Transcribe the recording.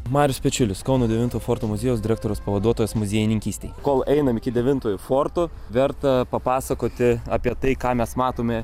marius pečiulis kauno devinto forto muziejaus direktoriaus pavaduotojas muziejininkystei kol einam iki devintojo forto verta papasakoti apie tai ką mes matome